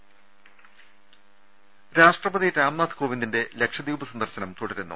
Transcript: ദർവ്വട്ടെഴ രാഷ്ട്രപതി രാംനാഥ് കോവിന്ദിന്റെ ലക്ഷദ്വീപ് സന്ദർശനം തുടരുന്നു